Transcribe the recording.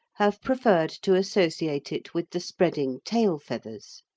have preferred to associate it with the spreading tail-feathers.